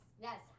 Yes